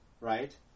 right